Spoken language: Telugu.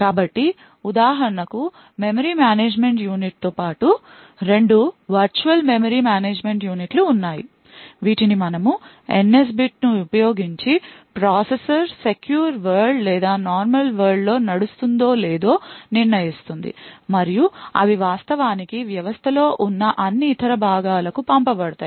కాబట్టి ఉదాహరణకు మెమరీ మేనేజ్మెంట్ యూనిట్తో పాటు రెండు వర్చువల్ మెమరీ మేనేజ్మెంట్ యూనిట్లు ఉన్నాయి వీటిని మనము NS బిట్ను ఉపయోగించి ప్రాసెసర్ సెక్యూర్ వరల్డ్ లేదా నార్మల్ వరల్డ్ లో నడుస్తుందో లేదో నిర్ణయిస్తుంది మరియు అవి వాస్తవానికి వ్యవస్థలో ఉన్న అన్ని ఇతర భాగాలకు పంపబడతాయి